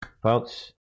Folks